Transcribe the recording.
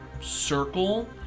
circle